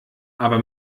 aber